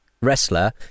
wrestler